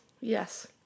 Yes